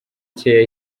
cye